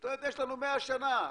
יש לנו 100 שנה.